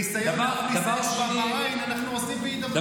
אנחנו עושים בהידברות.